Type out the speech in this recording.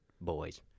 boys